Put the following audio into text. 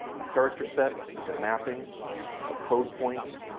a character set is a mapping of code points,